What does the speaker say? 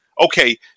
okay